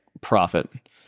profit